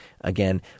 Again